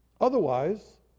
Otherwise